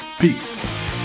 Peace